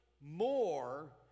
more